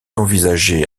envisagée